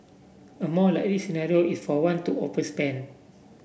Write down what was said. a more likely scenario is for one to overspend